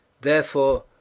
Therefore